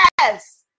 Yes